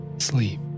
sleep